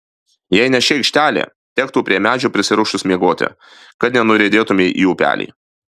jei ne ši aikštelė tektų prie medžio prisirišus miegoti kad nenuriedėtumei į upelį